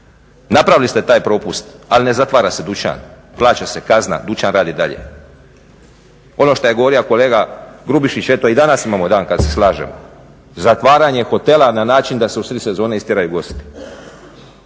napravili ste taj propust ali ne zatvara se dućan, plaća se kazna, dućan radi dalje. Ono što je govorio kolega Grubišić eto i danas imamo dan kada se slažemo, zatvaranje hotela na način da se usred sezone istjeraju gosti.